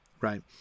right